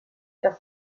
tra